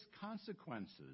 consequences